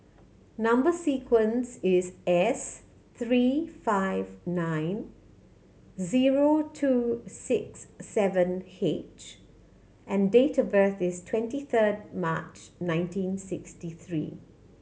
number sequence is S three five nine zero two six seven H and date of birth is twenty third March nineteen sixty three